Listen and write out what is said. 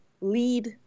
lead